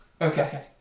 Okay